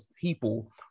people